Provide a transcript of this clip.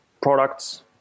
products